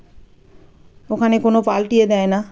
ওখানে কোনো পাল্টিয়ে দেয় না